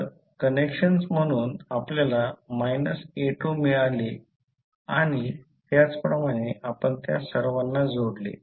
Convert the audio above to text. तर कनेक्शन म्हणून आपल्याला a2 मिळाले आणि त्याचप्रमाणे आपण त्या सर्वांना जोडले